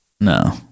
No